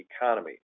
economy